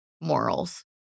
morals